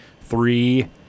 Three